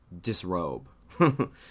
disrobe